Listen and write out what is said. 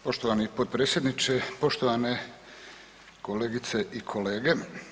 Poštovani potpredsjedniče, poštovane kolegice i kolege.